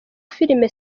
filime